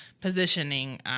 positioning